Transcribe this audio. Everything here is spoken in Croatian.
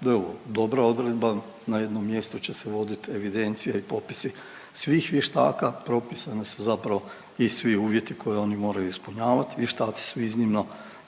da je ovo dobra odredba, na jednom mjestu će se vodit evidencija i popisi svih vještaka propisani su zapravo i svi uvjeti koje oni moraju ispunjavati. Vještaci su